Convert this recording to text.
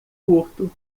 curto